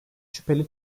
şüpheli